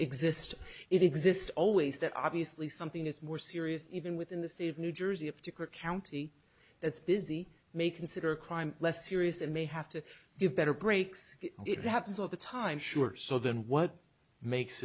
exists it exists always that obviously something is more serious even within the state of new jersey a particular county that's busy may consider a crime less serious and may have to give better breaks it happens all the time sure so then what makes